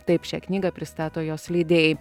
taip šią knygą pristato jos leidėjai